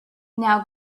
now